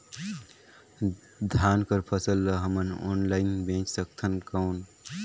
धान कर फसल ल हमन ऑनलाइन बेच सकथन कौन?